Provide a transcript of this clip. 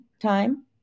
time